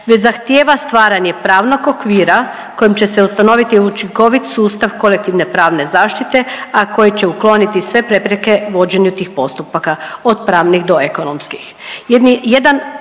već zahtjev stvaranje pravnog okvira kojim će se ustanoviti učinkovit sustav kolektivne pravne zaštite, a koji će ukloniti sve prepreke vođenju tih postupaka, od pravnih do ekonomskih.